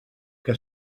que